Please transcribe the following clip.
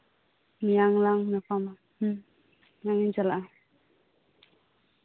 ᱱᱚᱣᱟ ᱜᱮᱞᱟᱝ ᱧᱟᱯᱟᱢᱟ ᱦᱩᱸᱪᱟᱞᱟᱜᱼᱟ